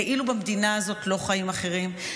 כאילו במדינה הזאת לא חיים אחרים,